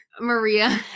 Maria